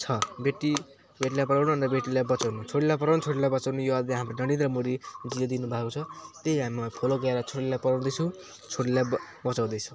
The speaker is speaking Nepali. बेटीलाई पढाउनु बेटीलाई पढाउनु अनि त बेटीलाई बचाउनु छोरीलाई पढाउनु छोरीलाई बचाउनु यो अहिले हाम्रो नरेन्द्र मोदीजीले दिनुभएको छ त्यही हामी फलो गरेरे छोरीलाई पढाउँदैछु छोरीलाई बचाउँदैछु